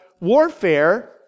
warfare